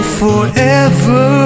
forever